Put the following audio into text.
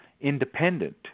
independent